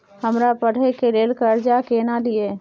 हमरा पढ़े के लेल कर्जा केना लिए?